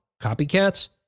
copycats